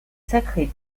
sacrés